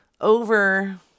Over